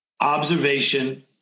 Observation